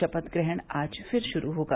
शपथ ग्रहण आज फिर शुरू होगा